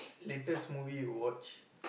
latest movie you watched